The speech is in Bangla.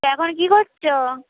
তা এখন কী করছ